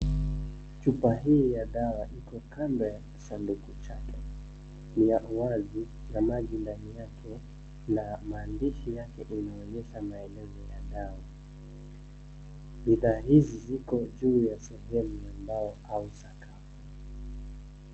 Chupa hii ya dawa iko kando ya kisanduku chake. Ina uwazi na maji ndani yake na maandishi yake inaonyesha maelezo ya dawa. Bidhaa hizi ziko juu ya sehemu ya mbao au sakafu.